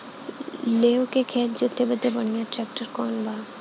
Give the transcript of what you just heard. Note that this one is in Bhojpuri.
लेव के खेत जोते बदे सबसे बढ़ियां ट्रैक्टर कवन बा?